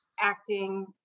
acting